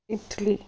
Italy